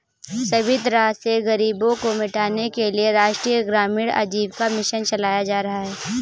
सभी तरह से गरीबी को मिटाने के लिये राष्ट्रीय ग्रामीण आजीविका मिशन चलाया जा रहा है